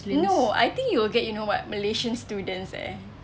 no I think you will get you know what malaysian students eh